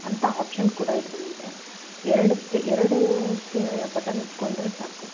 ಅಂಥ ಆಪ್ಷನ್ ಕೂಡ ಇದರಲ್ಲಿದೆ ಎರಡಕ್ಕೆ ಎರಡೂ ಕ್ಕೆ ಬಟನ್ ಇಟ್ಕೊಂಡ್ರೆ ಸಾಕು